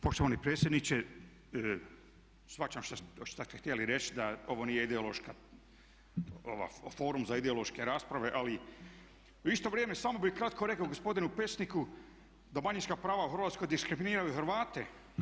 Poštovani predsjedniče, shvaćam šta ste htjeli reći da ovo nije ideološka, forum za ideološke rasprave ali u isto vrijeme samo bi kratko rekao gospodinu Pecniku da manjinska prava u Hrvatskoj diskriminiraju Hrvate.